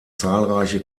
zahlreiche